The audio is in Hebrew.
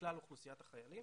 מכלל אוכלוסיית החיילים